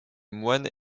moine